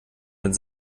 mit